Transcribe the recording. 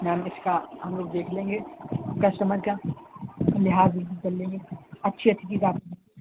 میم اِس کا ہم لوگ دیکھ لیں گے کسٹمر کا لحاظ بھی ہم کر لیں گے اچھی اچھی کی بات نہیں